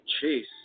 chase